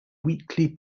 weekly